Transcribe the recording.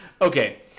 Okay